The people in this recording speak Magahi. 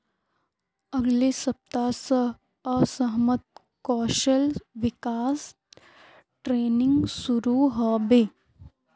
अगले सप्ताह स असमत कौशल विकास ट्रेनिंग शुरू ह बे